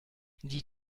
die